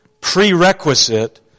prerequisite